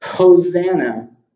Hosanna